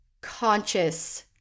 conscious